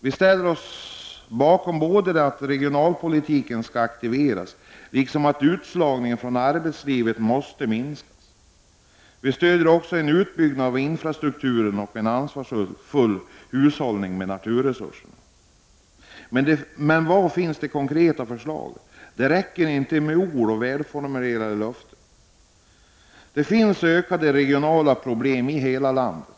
Vi håller med om att regionalpolitiken skall aktiveras liksom att utslagningen från arbetslivet måste minskas. Vi stödjer även en utbyggnad av infrastrukturen och en ansvarsfull hushållning med naturresurerna. Men var finns de konkreta förslagen? Det räcker inte med ord och välformulerade löften! De regionala problemen ökar i hela landet.